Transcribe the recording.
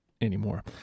anymore